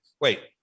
Wait